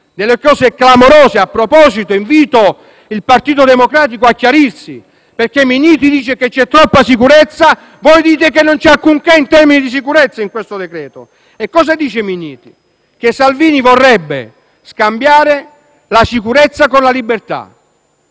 delle cose clamorose. A proposito, invito il Partito Democratico a chiarirsi, perché Minniti dice che c'è troppa sicurezza e voi dite che non c'è alcunché in termini di sicurezza in questo decreto-legge. E cosa dice Minniti? Dice che Salvini vorrebbe scambiare la sicurezza con la libertà.